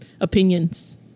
opinions